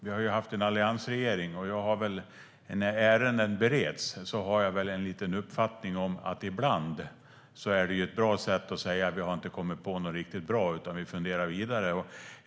Vi har haft en alliansregering, och jag har en viss uppfattning om att "ärendet bereds" ibland är ett bra sätt att säga att man inte har kommit på något riktigt bra utan funderar vidare.